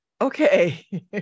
Okay